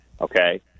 okay